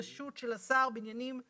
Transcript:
יש תקנות רשות של השר בעניינים אחרים,